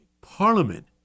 Parliament